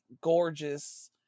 gorgeous